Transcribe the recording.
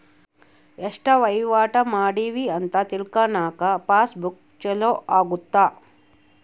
ಎಸ್ಟ ವಹಿವಾಟ ಮಾಡಿವಿ ಅಂತ ತಿಳ್ಕನಾಕ ಪಾಸ್ ಬುಕ್ ಚೊಲೊ ಅಗುತ್ತ